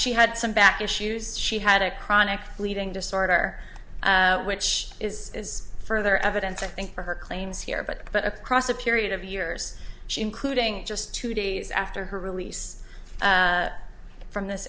she had some back issues she had a chronic fleeting disorder which is further evidence i think for her claims here but but across a period of years she including just two days after her release from this